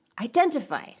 identify